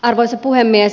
arvoisa puhemies